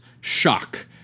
shock